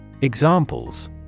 Examples